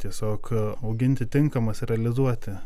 tiesiog auginti tinkamas realizuoti